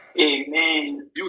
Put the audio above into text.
Amen